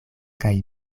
kaj